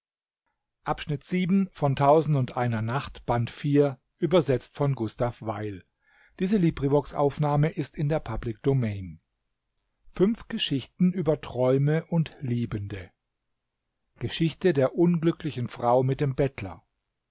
geschichte der unglücklichen frau mit dem